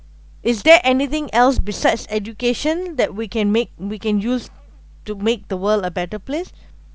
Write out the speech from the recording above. is there anything else besides education that we can make we can use to make the world a better place